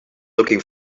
looking